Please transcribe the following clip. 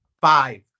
Five